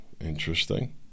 interesting